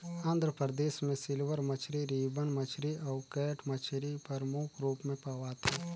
आंध्र परदेस में सिल्वर मछरी, रिबन मछरी अउ कैट मछरी परमुख रूप में पवाथे